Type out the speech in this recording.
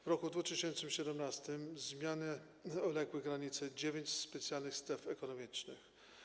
W roku 2017 zmianie uległy granice dziewięciu specjalnych stref ekonomicznych.